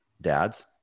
dads